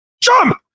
jump